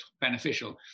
beneficial